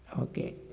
Okay